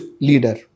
leader